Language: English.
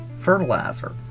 fertilizer